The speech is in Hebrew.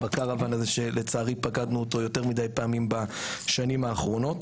בקרוואן הזה שלצערי פקדנו אותו יותר מידי פעמים בשנים האחרונות.